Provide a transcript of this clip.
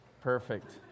perfect